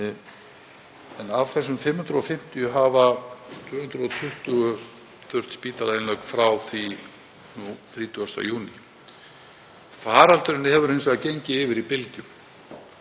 Af þessum 550 hafa 220 þurft spítalainnlögn frá því 30. júní. Faraldurinn hefur hins vegar gengið yfir í bylgjum